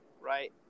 right